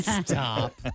Stop